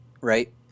right